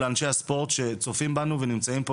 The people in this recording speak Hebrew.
לאנשי הספורט שצופים בנו ושנמצאים פה,